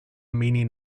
meaning